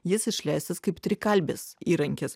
jis išleistas kaip trikalbis įrankis